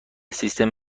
سیستم